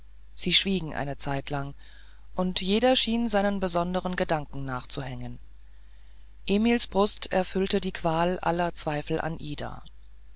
sie schwiegen eine zeitlang und jeder schien seinen besondern gedanken nachzuhängen emils brust erfüllte die qual aller zweifel an ida